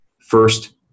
First